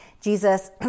Jesus